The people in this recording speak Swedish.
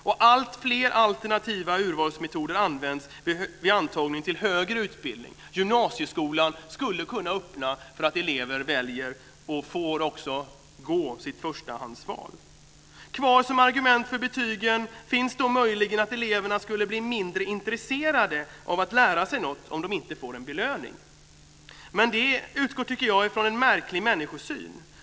Och alltfler alternativa urvalsmetoder används vid antagning till högre utbildning. Gymnasieskolan skulle kunna öppna för att elever väljer och också får gå sitt förstahandsval. Kvar som argument för betygen finns då möjligen att eleverna skulle bli mindre intresserade av att lära sig något om de inte får en belöning. Men jag tycker att det utgår från en märklig människosyn.